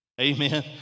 Amen